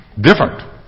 Different